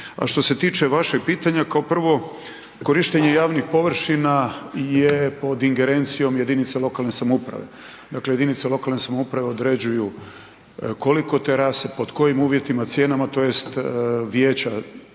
A što se tiče vašeg pitanje, kao prvo korištenje javnih površina je pod ingerencijom jedinice lokalne samouprave, dakle jedinice lokalne samouprave određuju koliko terasa, pod kojim uvjetima, cijenama tj. vijeća